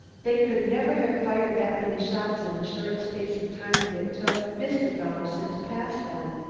they could never have fired that many shots in the short space of time that it took mr. felderson to pass them.